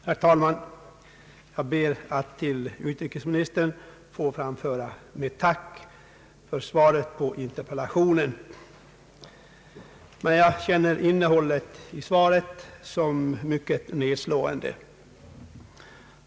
Herr talman! Jag ber att till utrikesministern få framföra mitt tack för svaret på interpellationen. Men jag känner innehållet i detta svar som mycket nedslående.